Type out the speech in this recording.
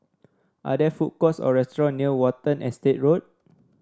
are there food courts or restaurant near Watten Estate Road